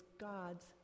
God's